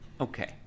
Okay